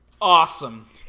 Awesome